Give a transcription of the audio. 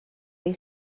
they